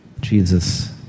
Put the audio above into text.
Jesus